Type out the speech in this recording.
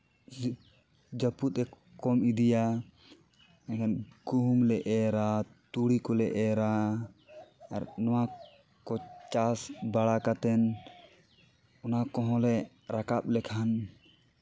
ᱡᱟᱹᱯᱩᱫ ᱮ ᱠᱚᱢ ᱤᱫᱤᱭᱟ ᱮᱱᱠᱷᱟᱱ ᱜᱩᱦᱩᱢ ᱞᱮ ᱮᱨᱟ ᱛᱩᱲᱤ ᱠᱚᱞᱮ ᱮᱨᱟ ᱟᱨ ᱱᱚᱣᱟ ᱠᱚ ᱪᱟᱥ ᱵᱟᱲᱟ ᱠᱟᱛᱮ ᱱᱚᱣᱟ ᱠᱚᱦᱚᱸ ᱞᱮ ᱨᱟᱠᱟᱵ ᱞᱮᱠᱷᱟᱱ